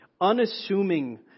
unassuming